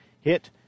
hit